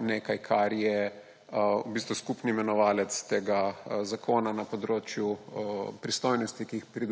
nekaj, kar je v bistvu skupni imenovalec tega zakona na področju pristojnosti, ki jih